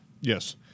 Yes